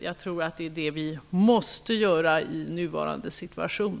Jag tror att det är det vi måste göra i nuvarande situation.